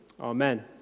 Amen